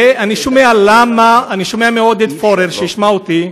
ואני שומע מעודד פורר, שישמע אותי,